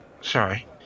sorry